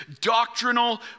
doctrinal